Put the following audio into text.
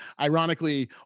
ironically